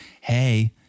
hey